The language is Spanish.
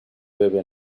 bebe